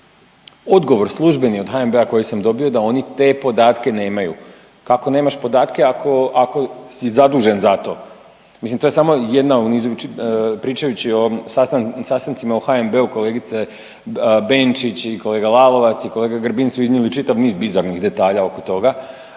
odgovor službeni od HNB-a koji sam dobio da oni te podatke nemaju. Kako nemaš podatke ako, ako si zadužen za to? Mislim to je samo jedna u nizu, pričajući o sastancima u HNB kolegica Benčić i kolega Lalovac i kolega Grbin su iznijeli čitav niz bizarnih detalja oko toga,